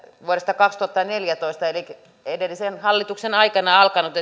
vuodesta kaksituhattaneljätoista kun tämä on edellisen hallituksen aikana alkanut